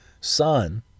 son